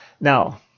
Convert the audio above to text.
Now